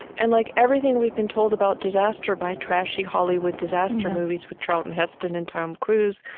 and like everything we've been told about disaster by trashy hollywood disaster movies with charlton heston and tom cruise,